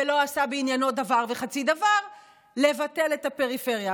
ולא עשה בעניינו דבר וחצי דבר, לבטל את הפריפריה.